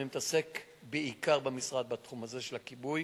אני מתעסק במשרד בעיקר בתחום הזה של הכיבוי